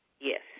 Yes